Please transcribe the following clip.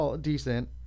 decent